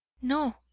no,